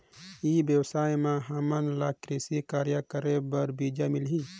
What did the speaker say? ई व्यवसाय म हामन ला कृषि कार्य करे बर बीजा मिलही?